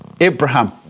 Abraham